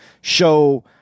show